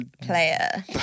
player